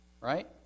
right